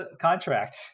contract